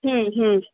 ಹ್ಞೂ ಹ್ಞೂ